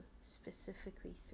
specifically